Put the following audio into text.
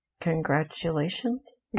Congratulations